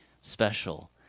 special